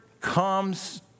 comes